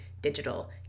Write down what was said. digital